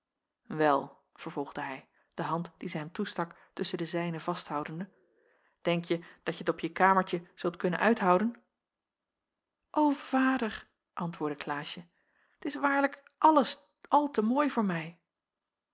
wel vervolgde hij de hand die zij hem toestak tusschen de zijne vasthoudende denkje dat je t op je kamertje zult kunnen uithouden o vader antwoordde klaasje t is waarlijk alles al te mooi voor mij